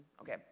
okay